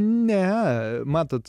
ne matot